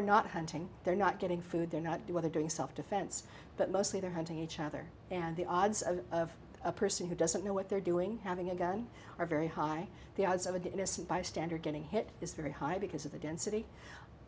are not hunting they're not getting food they're not do what they're doing self defense but mostly they're hunting each other and the odds of a person who doesn't know what they're doing having a gun are very high the odds of an innocent bystander getting hit is very high because of the density